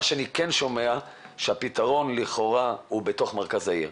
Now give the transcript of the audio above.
מה שאני כן שומע זה שהפתרון הוא לכאורה במרכז העיר.